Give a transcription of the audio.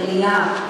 עירייה,